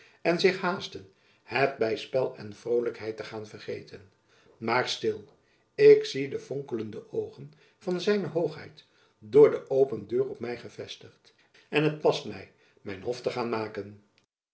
en zich haasten het by spel en vrolijkheid te gaan vergeten maar stil ik zie de vonkelende oogen van z hoogheid door de open deur op my gevestigd en het past my mijn hof te gaan maken